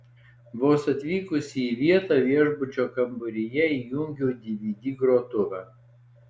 vos atvykusi į vietą viešbučio kambaryje įjungiau dvd grotuvą